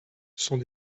sont